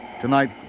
tonight